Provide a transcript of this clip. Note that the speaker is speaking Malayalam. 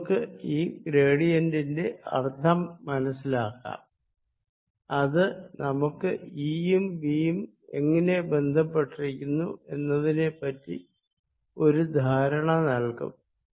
നമുക്ക് ഈ ഗ്രേഡിയന്റിന്റെ അർഥം മനസിലാക്കാം അത് നമുക്ക് ഈയും വിയും എങ്ങിനെ ബന്ധപ്പെട്ടിരിക്കുന്നു എന്നതിനെപ്പറ്റി ഒരു ധാരണ നൽകും